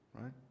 right